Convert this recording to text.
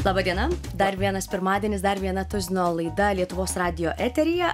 laba diena dar vienas pirmadienis dar viena tuzino laida lietuvos radijo eteryje